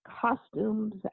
costumes